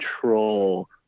control